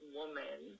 woman